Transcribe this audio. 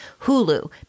Hulu